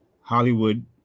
Hollywood